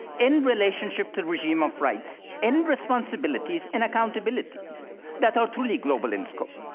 in relationship to the regime of rights and responsibilities and accountabilities that are truly global in scope.